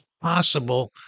possible